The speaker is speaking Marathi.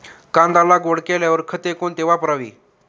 कांदा लागवड केल्यावर खते कोणती वापरावी?